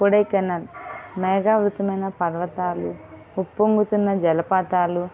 కొడైకెనాల్ మేఘావృతమైన పర్వతాలు ఉప్పొంగుతున్న జలపాతాలు